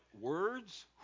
words